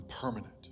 permanent